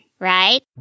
Right